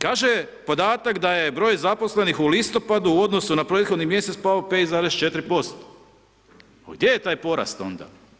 Kaže podatak da je broj zaposlenih u listopadu u odnosu na prethodni mjesec pao 5,4% Pa gdje je taj porast onda?